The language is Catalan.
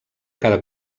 cada